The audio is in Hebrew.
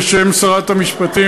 בשם שרת המשפטים,